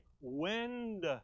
wind